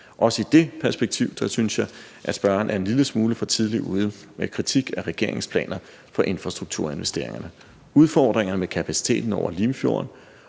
Også i det perspektiv synes jeg, at spørgeren er en lille smule for tidligt ude med kritik af regeringens planer for infrastrukturinvesteringerne. Udfordringerne med kapaciteten over Limfjorden